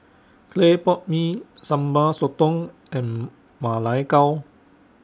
Clay Pot Mee Sambal Sotong and Ma Lai Gao